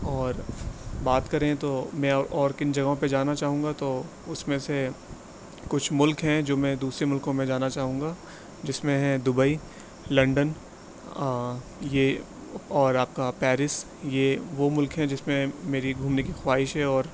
اور بات کریں تو میں او اور کن جگہوں پہ جانا چاہوں گا تو اس میں سے کچھ ملک ہیں جو میں دوسرے ملکوں میں جانا چاہوں گا جس میں ہیں دبئی لنڈن یہ اور آپ کا پیرس یہ وہ ملک ہیں جس میں میری گھومنے کی خواہش ہے اور